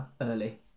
early